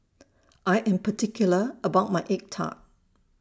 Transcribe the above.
I Am particular about My Egg Tart